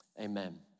Amen